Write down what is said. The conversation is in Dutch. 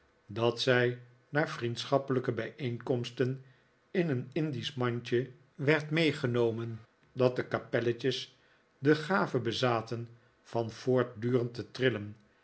dat zij naar vriendschappelijke bijeenkomsten in een indisch mandje werd meegenomen dat de kapelletjes de gave bezaten van voortdurend te trillen